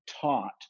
taught